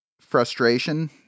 Frustration